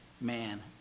man